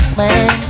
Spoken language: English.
man